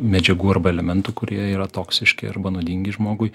medžiagų arba elementų kurie yra toksiški arba nuodingi žmogui